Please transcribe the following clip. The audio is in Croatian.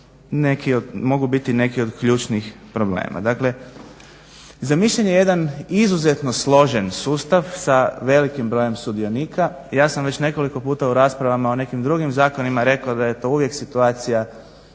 mogu biti neki od ključnih problema. Dakle, zamišljen je jedan izuzetno složen sustav sa velikim brojem sudionika. Ja sam već nekoliko puta u raspravama o nekim drugim zakonima rekao da je to uvijek situacija